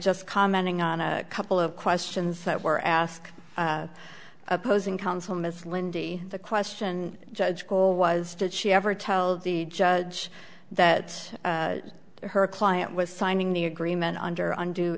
just commenting on a couple of questions that were asked opposing counsel miss lindi the question judge cool was did she ever tell the judge that her client was signing the agreement under und